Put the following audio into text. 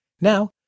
Now